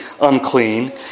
unclean